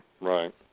Right